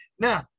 Now